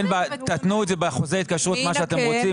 תתנו את זה באחוזי התקשרות מה שאתם רוצים.